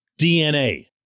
DNA